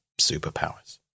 superpowers